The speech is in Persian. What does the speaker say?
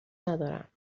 ندارم